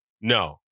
No